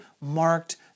marked